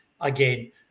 again